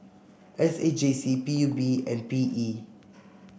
S A J C P U B and P E